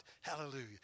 Hallelujah